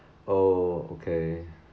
oh okay